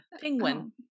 penguin